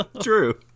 True